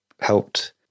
helped